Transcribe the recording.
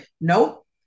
nope